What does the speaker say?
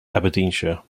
aberdeenshire